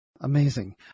Amazing